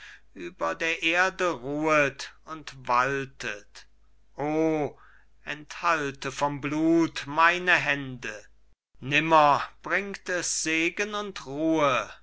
über der erde ruhet und waltet o enthalte vom blut meine hände nimmer bringt es segen und ruhe